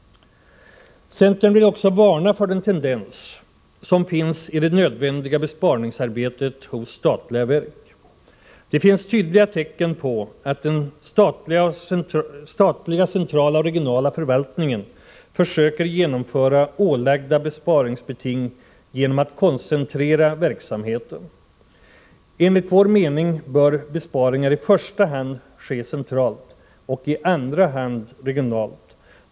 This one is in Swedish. Centern vill också varna för den tendens som tydligt visat sig i det nödvändiga besparningsarbetet hos statliga verk, nämligen att den statliga centrala och regionala förvaltningen försöker genomföra ålagda besparingsbeting genom att koncentrera verksamheten. Enligt vår mening bör besparingar ske i första hand centralt och i andra hand regionalt.